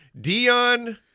Dion